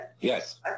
Yes